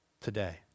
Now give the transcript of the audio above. today